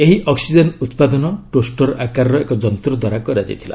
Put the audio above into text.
ଏହି ଅକ୍ଟିଜେନ୍ ଉତ୍ପାଦନ ଟୋଷ୍ଟର ଆକାରର ଏକ ଯନ୍ତ୍ର ଦ୍ୱାରା କରାଯାଇଥିଲା